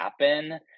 happen